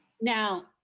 Now